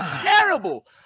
Terrible